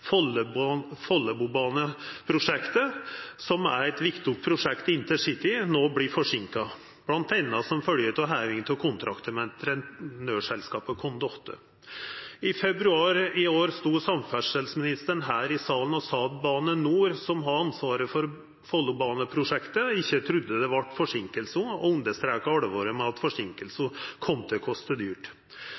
som er eit viktig prosjekt i InterCity, no vert forseinka, bl.a. som følgje av hevinga av kontrakten med entreprenørselskapet Condotte. I februar i år sto samferdselsministeren her i salen og sa at Bane NOR, som har ansvaret for Follobane-prosjektet, ikkje trudde det vart forseinkingar, og understreka alvoret med at forseinkingar kom til å kosta dyrt.